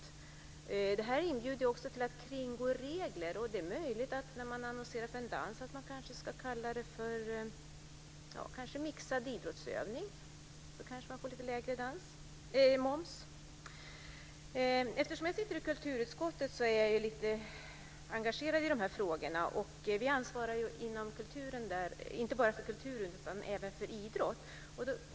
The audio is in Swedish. Den nuvarande ordningen inbjuder också till kringgående av regler. Det är möjligt att man när man annonserar en danstillställning ska tala om "mixad idrottsövning" för att få lite lägre moms. Jag sitter i kulturutskottet och är lite engagerad i de här frågorna. Vi ansvarar där inte bara för kultur utan även för idrott.